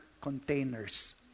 containers